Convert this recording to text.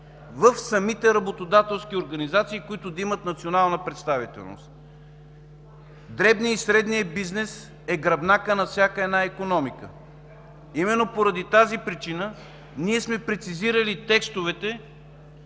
в самите работодателски организации, които да имат национална представителност. Дребният и средният бизнес са гръбнакът на всяка една икономика. Именно поради тази причина ние сме прецизирали текстовете,